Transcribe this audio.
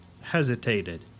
hesitated